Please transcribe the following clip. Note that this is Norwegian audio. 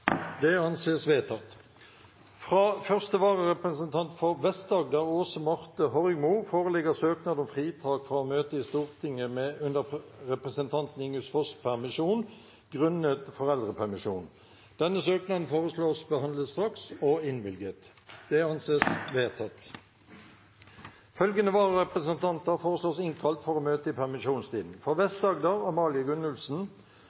Det anses vedtatt. Fra første vararepresentant for Vest-Agder, Aase Marthe J. Horrigmo , foreligger søknad om fritak fra å møte i Stortinget under representanten Ingunn Foss’ permisjon, grunnet foreldrepermisjon. Etter forslag fra presidenten ble enstemmig besluttet: Søknaden behandles straks og innvilges. Følgende vararepresentanter innkalles for å møte i permisjonstiden: For